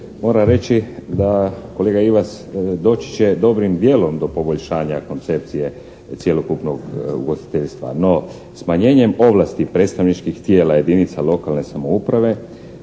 Moram reći da kolega Ivas doći će dobrim djelom do poboljšanja koncepcije cjelokupnog ugostiteljstva, no smanjenjem ovlasti predstavničkih tijela jedinica lokalne samouprave